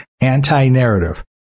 Anti-narrative